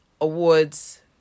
awards